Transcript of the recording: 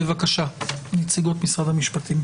בבקשה, נציגות משרד המשפטים.